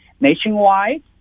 nationwide